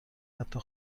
حتی